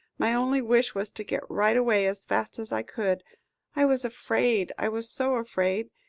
my only wish was to get right away as fast as i could i was afraid, i was so afraid.